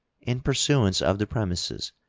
in pursuance of the premises,